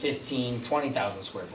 fifteen twenty thousand square